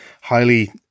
highly